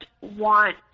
want